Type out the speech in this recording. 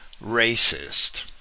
racist